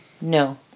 no